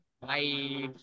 Bye